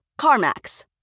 CarMax